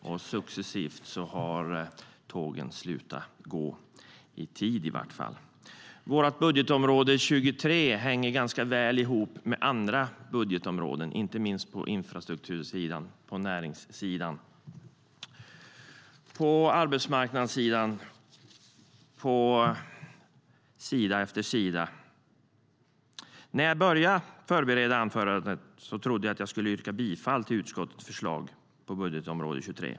Och successivt har tågen slutat gå - i tid, i varje fall. När jag började förbereda anförandet trodde jag att jag skulle yrka bifall till utskottets förslag på utgiftsområde 23.